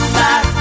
back